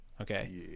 Okay